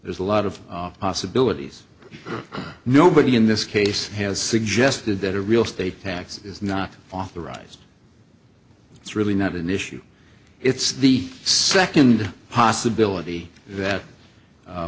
there's a lot of possibilities nobody in this case has suggested that a real estate tax is not authorized it's really not an issue it's the second possibility that